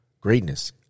greatness